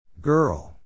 Girl